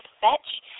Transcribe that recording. FETCH